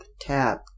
tap